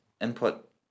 input